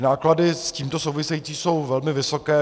Náklady s tímto související jsou velmi vysoké.